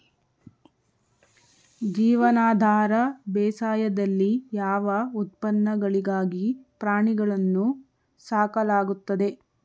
ಜೀವನಾಧಾರ ಬೇಸಾಯದಲ್ಲಿ ಯಾವ ಉತ್ಪನ್ನಗಳಿಗಾಗಿ ಪ್ರಾಣಿಗಳನ್ನು ಸಾಕಲಾಗುತ್ತದೆ?